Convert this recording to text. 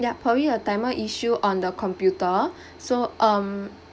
yup probably your timer issue on the computer so um